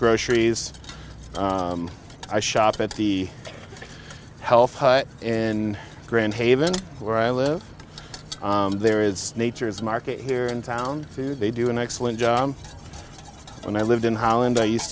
groceries i shop at the health in grand haven where i live there is nature's market here in town do they do an excellent job when i lived in holland i used